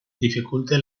dificulte